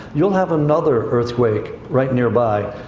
you'll have another earthquake right nearby,